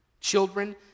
Children